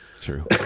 True